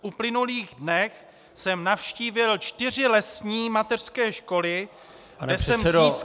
V uplynulých dnech jsem navštívil čtyři lesní mateřské školy, kde jsem získal